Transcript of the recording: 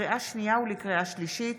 לקריאה שנייה ולקריאה שלישית,